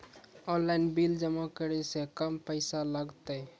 Online bill जमा करै से कम पैसा लागतै?